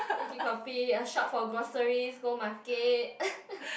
drink coffee shop for groceries go market